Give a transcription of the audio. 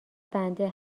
بنده